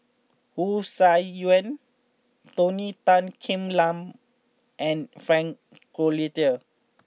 Wu Tsai Yen Tony Tan Keng Yam and Frank Cloutier